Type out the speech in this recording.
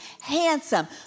handsome